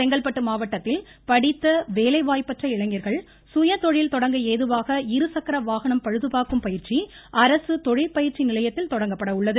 செங்கல்பட்டு மாவட்டத்தில் படித்த வேலைவாய்ப்பந்ற இளைஞர்கள் சுயதொழில் தொடங்க ஏதுவாக இருசக்கர வாகனம் பழுதுபாா்க்கும் பயிற்சி அரசு தொழிற்பயிற்சி நிலையத்தில் தொடங்கப்பட உள்ளது